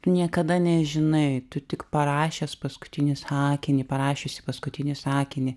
niekada nežinai tu tik parašęs paskutinį sakinį parašiusi paskutinį sakinį